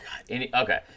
Okay